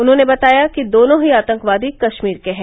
उन्होंने बताया कि दोनों ही आतंकवादी कश्मीर के हैं